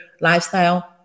lifestyle